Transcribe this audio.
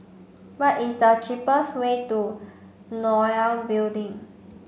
what is the cheapest way to NOL Building